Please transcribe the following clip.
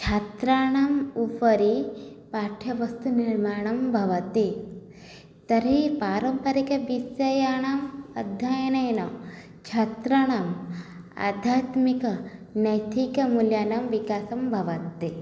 छात्राणाम् उपरि पाठ्यपुस्तकनिर्माणं भवति तर्हि पारम्परिकविषयाणाम् अध्ययनेन छात्राणाम् आध्यात्मिकनैतिकमूल्यानां विकासः भवत्ति